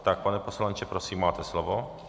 Tak pane poslanče, prosím, máte slovo.